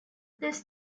these